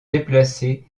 déplacées